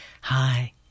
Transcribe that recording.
Hi